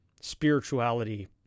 spirituality